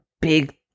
big